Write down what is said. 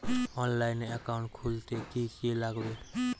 অনলাইনে একাউন্ট খুলতে কি কি লাগবে?